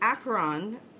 Acheron